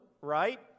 right